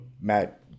Matt